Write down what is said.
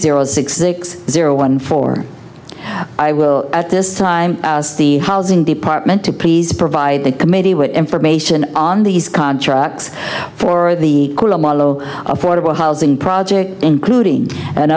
zero six six zero one four i will at this time the housing department to please provide the committee with information on these contracts for the malo affordable housing project including an